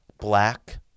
black